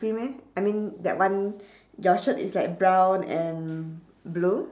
cream eh I mean that one your shirt is like brown and blue